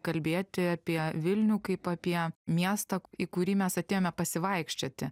kalbėti apie vilnių kaip apie miestą į kurį mes atėjome pasivaikščioti